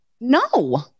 No